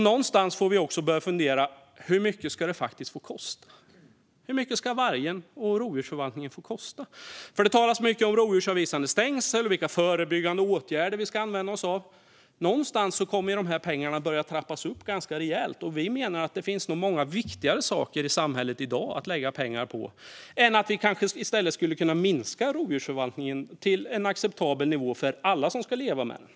Någonstans får vi också börja fundera på hur mycket det faktiskt ska få kosta. Hur mycket ska vargen och rovdjursförvaltningen få kosta? Det talas mycket om rovdjursavvisande stängsel och vilka förebyggande åtgärder vi ska använda oss av. Någonstans kommer de här summorna att börja trappas upp ganska rejält. Vi menar att det nog finns många viktigare saker i dag att lägga pengarna på. Vi kanske i stället skulle kunna minska rovdjursförvaltningen till en acceptabel nivå för alla som ska leva med detta.